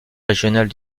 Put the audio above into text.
régionales